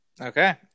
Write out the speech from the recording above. Okay